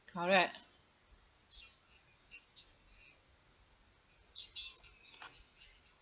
correct